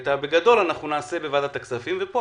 את התמונה בגדול נראה בוועדת הכספים, וכאן